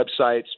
websites